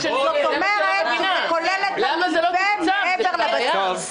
כולל את מה שתוקצב מעבר לבסיס.